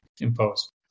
imposed